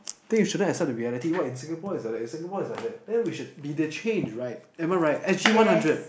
think you shouldn't accept the reality what in Singapore is like that in Singapore is like that then we should be the change right am I right S_G one hundred